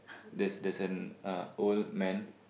there's there's an old man